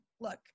look